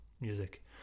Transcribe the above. music